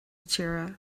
tíre